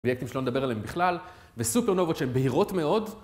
אובייקטים שלא נדבר עליהם בכלל וסופר-נובות, שהן בהירות מאוד.